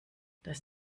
dass